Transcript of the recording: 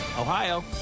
Ohio